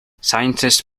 scientists